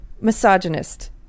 misogynist